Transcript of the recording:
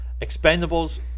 Expendables